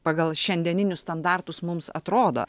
pagal šiandieninius standartus mums atrodo